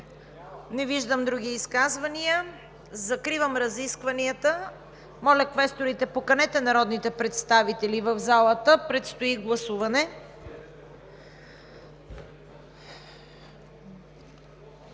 Не виждам. Закривам разискванията. Моля, квесторите, поканете народните представители в залата. Предстои гласуване.